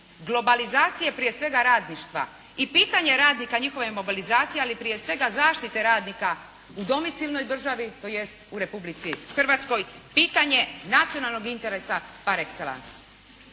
globalizacije prije svega radništva i pitanje radnika i njihove mobilizacije, ali prije svega zaštite radnika u domicijelnoj državi, tj. u Republici Hrvatskoj, pitanje nacionalnog interesa par exellence.